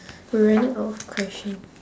we're running out of question